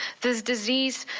this disease,